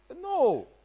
No